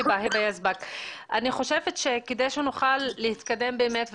אני חושבת שכדי שנוכל להתקדם באמת,